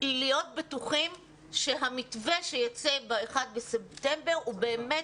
להיות בטוחים שהמתווה שיצא ב-1 ספטמבר הוא באמת